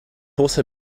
also